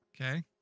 Okay